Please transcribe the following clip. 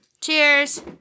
cheers